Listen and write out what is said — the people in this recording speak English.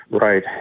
Right